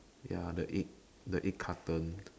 ya the egg the egg carton